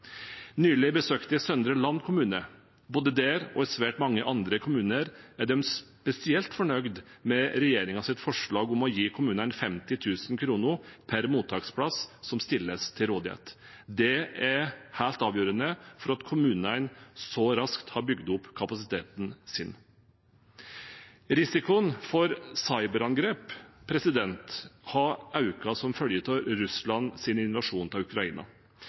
Nylig besøkte jeg Søndre Land kommune. Både der og i svært mange andre kommuner er de spesielt fornøyd med regjeringens forslag om å gi kommunene 50 000 kr per mottaksplass som stilles til rådighet. Det er helt avgjørende for at kommunene så raskt har bygd opp kapasiteten sin. Risikoen for cyberangrep har økt som følge av Russlands invasjon av Ukraina.